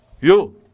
you